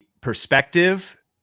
perspective